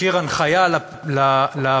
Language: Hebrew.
השאיר הנחיה לפקידות,